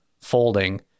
folding